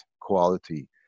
quality